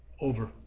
over